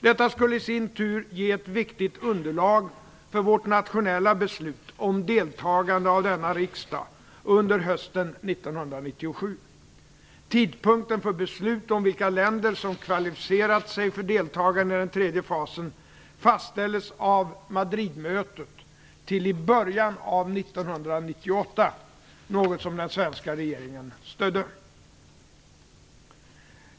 Detta skulle i sin tur ge ett viktigt underlag för vårt nationella beslut om deltagande av denna riksdag under hösten 1997. Tidpunkten för beslut om vilka länder som kvalificerat sig för deltagande i den tredje fasen fastställdes av Madridmötet till början av 1998, något som den svenska regeringen stödde.